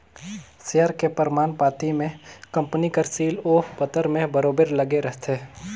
share के परमान पाती में कंपनी कर सील ओ पतर में बरोबेर लगे रहथे